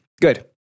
Good